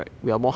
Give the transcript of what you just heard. mm